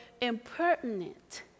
impertinent